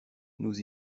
nous